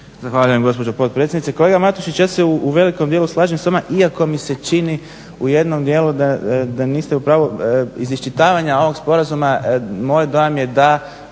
Zahvaljujem gospođo potpredsjednice. Kolega Matušić ja se u velikom dijelu slažem s vama iako mi se čini u jednom dijelu da niste u pravu, iz iščitavanja ovog sporazuma moj dojam je da